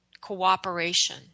cooperation